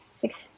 six